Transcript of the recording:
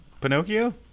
Pinocchio